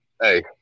hey